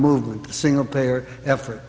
movement single payer effort